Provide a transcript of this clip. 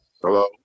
Hello